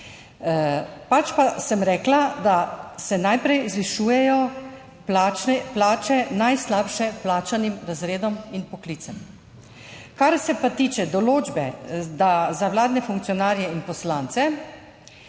Pač pa sem rekla, da se najprej zvišujejo plače najslabše plačanim razredom in poklicem. Kar se pa tiče določbe za vladne funkcionarje in poslance,